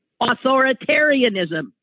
authoritarianism